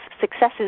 successes